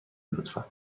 لطفا